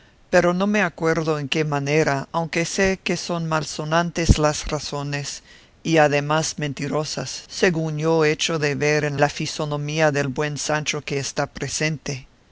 pero no me acuerdo en qué manera aunque sé que son malsonantes las razones y además mentirosas según yo echo de ver en la fisonomía del buen sancho que está presente